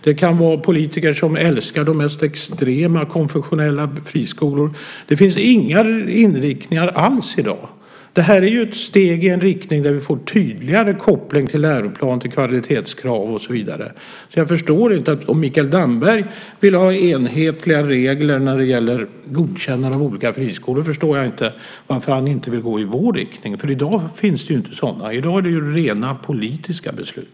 Det kan vara politiker som älskar de mest extrema konfessionella friskolorna. Det finns inga inriktningar alls i dag. Det här är ett steg i en riktning där vi får tydligare kopplingar till läroplan, kvalitetskrav och så vidare. Om Mikael Damberg vill ha enhetliga regler när det gäller godkännande av olika friskolor förstår jag inte varför han inte vill gå i vår riktning. I dag finns det ju inga sådana. I dag är det rena politiska beslut.